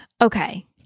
okay